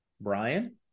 Brian